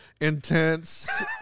intense